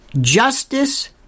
justice